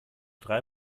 drei